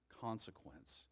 consequence